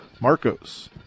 Marcos